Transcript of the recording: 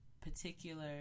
particular